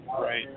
Right